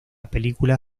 película